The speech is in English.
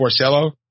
Porcello